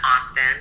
Austin